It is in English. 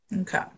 Okay